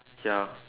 ya